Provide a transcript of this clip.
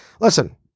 Listen